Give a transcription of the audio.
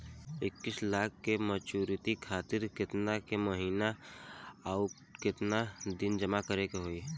इक्कीस लाख के मचुरिती खातिर केतना के महीना आउरकेतना दिन जमा करे के होई?